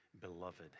Beloved